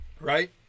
right